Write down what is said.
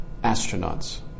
astronauts